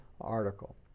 article